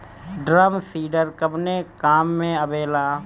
Drum seeder कवने काम में आवेला?